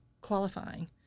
qualifying